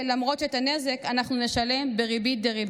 למרות שאת הנזק אנחנו נשלם בריבית דריבית.